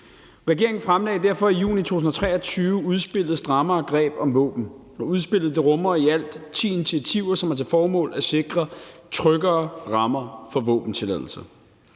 Regeringen fremlagde derfor i juni 2023 udspillet »Strammere greb om våben«. Udspillet rummer i alt ti initiativer, som har til formål at sikre tryggere rammer for våbentilladelser.